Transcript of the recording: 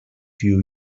few